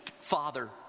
father